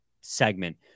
segment